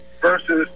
versus